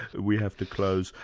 we have to close.